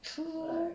true